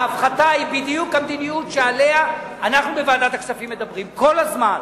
ההפחתה היא בדיוק המדיניות שעליה אנחנו בוועדת הכספים מדברים כל הזמן.